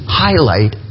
highlight